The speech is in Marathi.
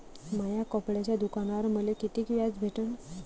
माया कपड्याच्या दुकानावर मले कितीक व्याज भेटन?